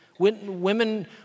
Women